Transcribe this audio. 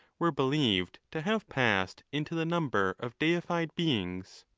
were believed to have passed into the number of deified beings.